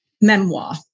memoir